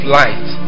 light